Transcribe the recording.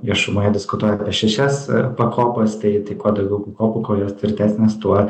viešumoje diskutuoja apie šešias pakopas tai tai kuo daugiau pakopų kuo jos tvirtesnės tuo